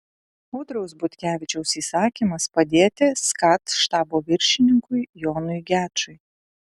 audriaus butkevičiaus įsakymas padėti skat štabo viršininkui jonui gečui